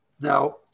Now